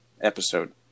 episode